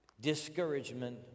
discouragement